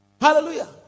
Hallelujah